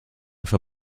for